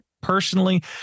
personally